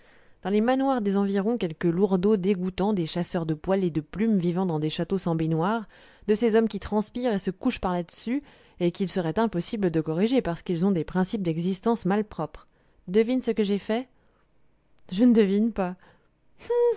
dans les manoirs des environs quelques lourdauds dégoûtants des chasseurs de poil et de plume vivant dans des châteaux sans baignoires de ces hommes qui transpirent et se couchent par là-dessus et qu'il serait impossible de corriger parce qu'ils ont des principes d'existence malpropres devine ce que j'ai fait je ne devine pas